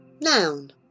noun